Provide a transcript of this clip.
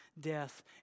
death